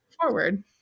forward